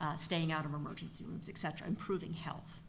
staying out of emergency rooms, et cetera, improving health,